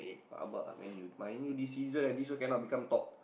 rabak ah Man-U Man-U this season I think cannot become top